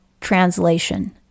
Translation